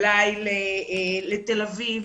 אולי לתל אביב.